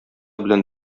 белән